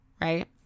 right